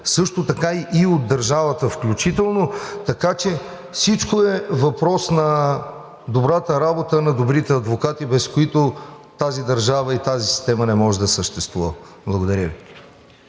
лицето, и от държавата включително. Така че всичко е въпрос на добрата работа на добрите адвокати, без които тази държава, тази система не може да съществува. Благодаря Ви.